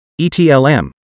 ETLM